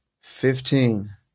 fifteen